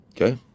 Okay